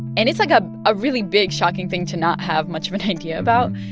and it's, like, a ah really big, shocking thing to not have much of an idea about